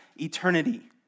eternity